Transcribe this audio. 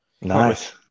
Nice